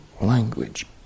language